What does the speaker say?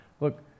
Look